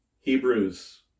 Hebrews